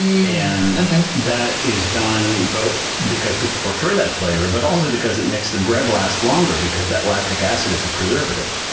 yeah and that is done both because people prefer that flavor, but also because it makes the bread last longer because that lactic acid is a preservative.